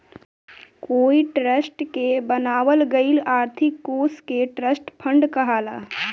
कोई ट्रस्ट के बनावल गईल आर्थिक कोष के ट्रस्ट फंड कहाला